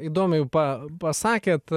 įdomiai pa pasakėt